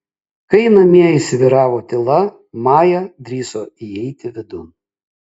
kai namie įsivyravo tyla maja drįso įeiti vidun